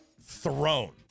thrown